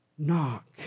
Knock